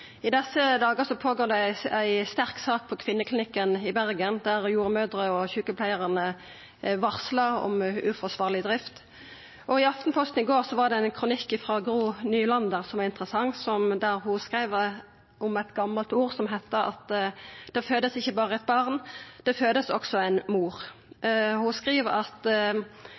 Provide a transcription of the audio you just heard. Bergen, der jordmødrer og sjukepleiarar varslar om uforsvarleg drift, og i Aftenposten i går var det ein interessant kronikk av Gro Nylander, der ho skriv om eit gamalt ordspråk som seier at det vert ikkje berre fødd eit barn, ei mor vert også fødd. Ho skriv at